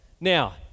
Now